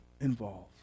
involved